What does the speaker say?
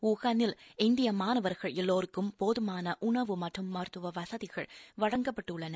வூஹாவில் இந்திய மாணவர்கள் எல்வோருக்கும் போதமான உணவு மற்றும் மருத்துவ வசதிகள் வழங்கப்பட்டுள்ளன